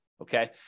okay